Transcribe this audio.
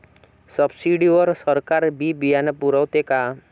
Subsidy वर सरकार बी बियानं पुरवते का?